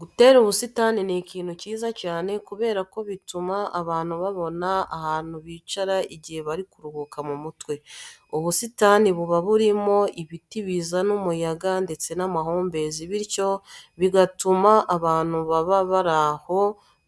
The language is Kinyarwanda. Gutera ubusitani ni ikintu cyiza cyane kubera ko bituma abantu babona ahantu bicara igihe bari kuruhuka mu mutwe. Ubusitani buba burimo ibiti bizana umuyaga ndetse n'amahumbezi bityo bigatuma abantu baba bari aho